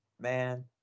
man